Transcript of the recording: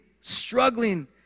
struggling